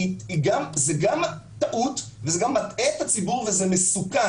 זאת גם טעות וזה גם מטעה את הציבור וזה מסוכן.